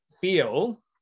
feel